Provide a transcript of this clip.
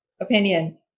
opinion